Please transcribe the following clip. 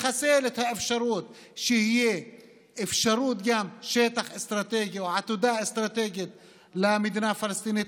לחסל את האפשרות שיהיה שטח אסטרטגי או עתודה אסטרטגית למדינה פלסטינית,